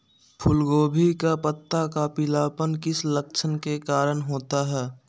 फूलगोभी का पत्ता का पीलापन किस लक्षण के कारण होता है?